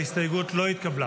ההסתייגות לא התקבלה.